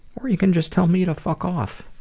or you can just tell me to fuck off.